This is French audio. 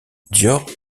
dior